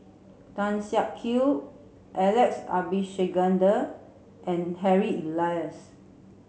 Tan Siak Kew Alex Abisheganaden and Harry Elias